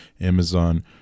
Amazon